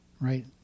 right